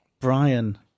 Brian